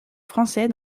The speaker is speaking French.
français